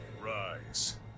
Rise